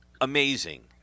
amazing